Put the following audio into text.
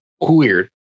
Weird